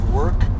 work